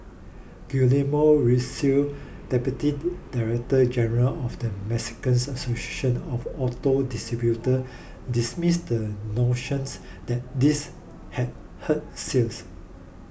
Guillermo Rosales Deputy Director General of the Mexican Association of auto distributor dismissed the notions that this had hurt sales